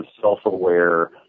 self-aware